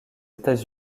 états